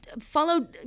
follow